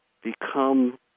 become